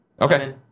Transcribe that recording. Okay